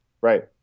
Right